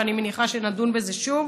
ואני מניחה שנדון בזה שוב.